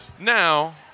now